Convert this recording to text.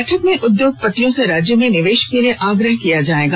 बैठक में उद्योगपतियों से राज्य में निवेश के लिए आग्रह किया जाएगा